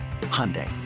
Hyundai